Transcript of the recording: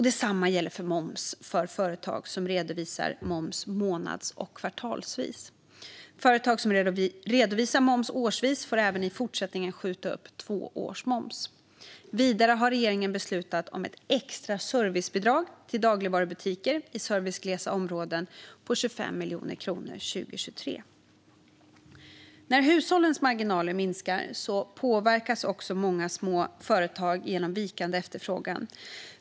Detsamma gäller moms för företag som redovisar moms månads eller kvartalsvis. Företag som redovisar moms årsvis får även i fortsättningen skjuta upp två års moms. Vidare har regeringen beslutat om ett extra servicebidrag till dagligvarubutiker i serviceglesa områden på 25 miljoner kronor 2023. När hushållens marginaler minskar påverkas många små företag genom vikande efterfrågan.